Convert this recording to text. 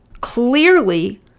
clearly